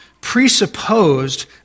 presupposed